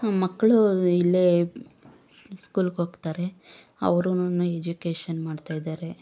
ನಮ್ಮ ಮಕ್ಕಳು ಇಲ್ಲೇ ಸ್ಕೂಲ್ಗೆ ಹೋಗ್ತಾರೆ ಅವ್ರುನೂ ಎಜುಕೇಷನ್ ಮಾಡ್ತಾ ಇದ್ದಾರೆ